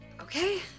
Okay